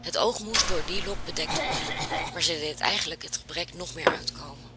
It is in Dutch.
het oog moest door die lok bedekt worden maar zij deed eigenlijk het gebrek nog meer uitkomen